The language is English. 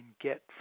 get